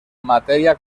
materia